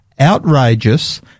outrageous